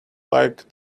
like